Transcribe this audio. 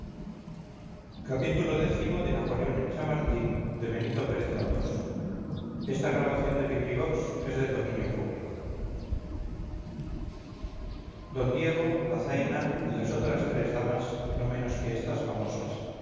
xxvii xxviii xxix napoleón en chamartín de benito pérez galdós d diego la zaina y las otras tres damas no menos que esta famosas